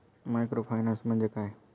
Microfinance म्हणजे काय?